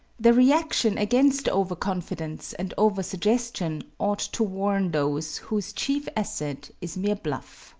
the reaction against over-confidence and over-suggestion ought to warn those whose chief asset is mere bluff